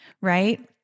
right